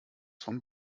von